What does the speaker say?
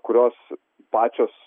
kurios pačios